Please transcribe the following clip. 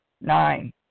Nine